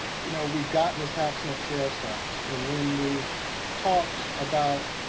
you know, we've gotten this half-cent sales tax, and when we talked about,